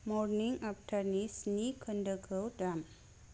मरनिं आफ्टारनि स्नि खोन्दोखौ दाम